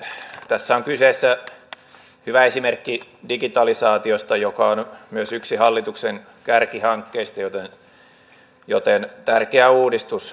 tässä on kyseessä hyvä esimerkki digitalisaatiosta joka on myös yksi hallituksen kärkihankkeista joten tärkeä uudistus